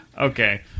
Okay